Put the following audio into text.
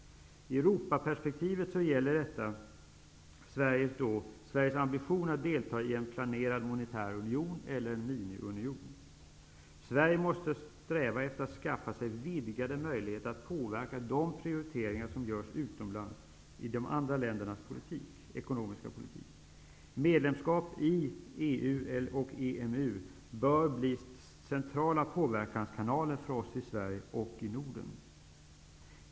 I Europaperspektivet gäller det Sveriges ambition att delta i en planerad monetär union eller en miniunion. Sverige måste sträva efter att skaffa sig vidgade möjligheter att påverka de prioriteringar som görs utomlands, i andra länders ekonomiska politik. Medlemskap i EU och EMU bör bli centrala påverkanskanaler för oss i Sverige och Norden.